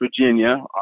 Virginia